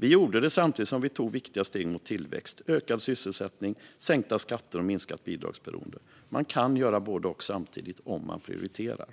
Vi gjorde det samtidigt som vi tog viktiga steg mot tillväxt, ökad sysselsättning, sänkta skatter och minskat bidragsberoende. Man kan göra båda samtidigt - om man prioriterar.